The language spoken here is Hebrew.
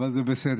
אבל זה בסדר.